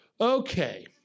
okay